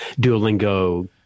Duolingo